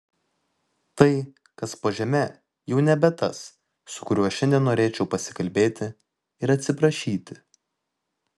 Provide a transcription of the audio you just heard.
tai kas po žeme jau nebe tas su kuriuo šiandien norėčiau pasikalbėti ir atsiprašyti